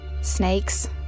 Snakes